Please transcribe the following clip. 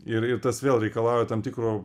ir ir tas vėl reikalauja tam tikro